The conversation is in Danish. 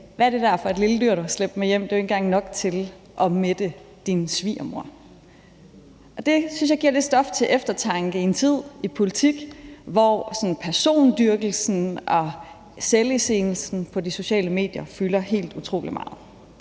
Hvad er det for et lille dyr, du har slæbt med hjem, som jo ikke engang er nok til at mætte din svigermor. Det synes jeg giver lidt stof til eftertanke i en tid i politik, hvor sådan persondyrkelsen og selviscenesættelsen på de sociale medier fylder helt utrolig meget.